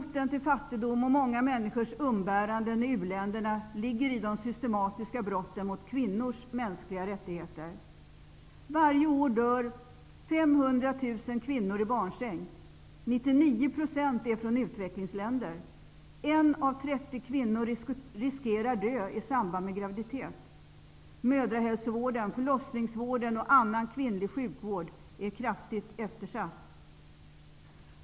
Roten till fattigdom och många människors umbäranden i u-länderna ligger i de systematiska brotten mot kvinnors mänskliga rättigheter. 99 % av dem är från utvecklingsländer. 1 av 30 kvinnor riskerar att dö i samband med graviditet. Mödrahälsovården, förlossningsvården och annan kvinnlig sjukvård är kraftigt eftersatt.